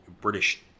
British